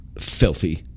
filthy